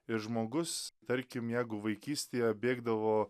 ir žmogus tarkim jeigu vaikystėje bėgdavo